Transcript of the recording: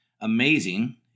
amazing